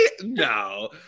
No